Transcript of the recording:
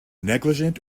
negligent